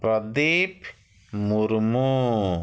Pradeep Murmu